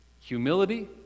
Humility